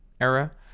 era